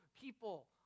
people